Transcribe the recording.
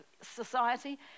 society